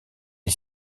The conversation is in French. est